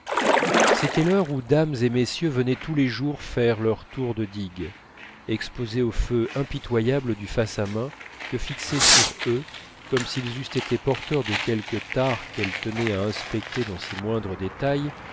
c'était l'heure où dames et messieurs venaient tous les jours faire leur tour de digue exposés aux feux impitoyables du face à main que fixait sur eux comme s'ils eussent été porteurs de quelque tare qu'elle tenait à inspecter dans ses moindres détails